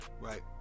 right